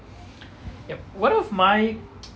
yup one of my